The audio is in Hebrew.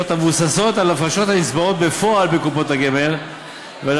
המבוססות על הפרשות הנצברות בפועל בקופות הגמל ועל